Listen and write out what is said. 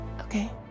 Okay